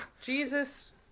Jesus